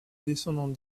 descendante